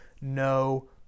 no